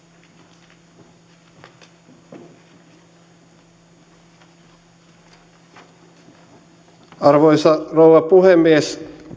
arvoisa rouva puhemies